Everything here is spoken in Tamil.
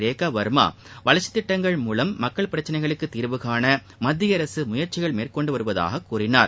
ரேகா வா்மா வளர்ச்சி திட்டங்கள் மூலம் மக்களின் பிரச்சினைகளுக்கு தீர்வுகாண மத்திய அரசு முயற்சிகள் மேற்கொண்டு வருவதாக கூறினார்